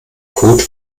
code